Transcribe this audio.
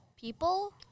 people